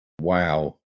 Wow